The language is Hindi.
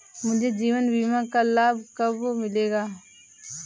मुझे जीवन बीमा का लाभ कब मिलेगा?